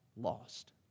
lost